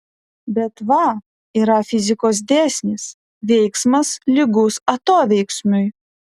bet va yra fizikos dėsnis veiksmas lygus atoveiksmiui